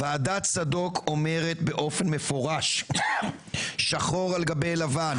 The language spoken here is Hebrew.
ועדת צדוק אומרת באופן מפורש שחור על גבי לבן,